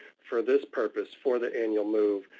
for this purpose, for the annual move,